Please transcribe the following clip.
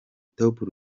top